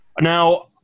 Now